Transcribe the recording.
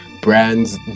brands